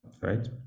right